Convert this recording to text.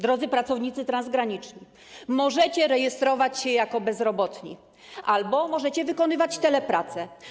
Drodzy pracownicy transgraniczni, możecie rejestrować się jako bezrobotni albo możecie wykonywać telepracę.